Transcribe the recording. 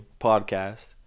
podcast